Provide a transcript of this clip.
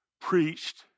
preached